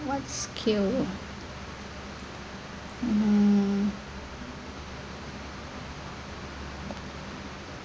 what's kill mm